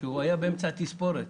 שהוא היה באמצע תספורת,